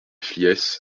flies